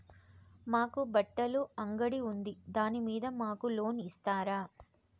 మాకు బట్టలు అంగడి ఉంది దాని మీద మాకు లోను ఇస్తారా